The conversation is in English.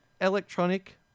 electronic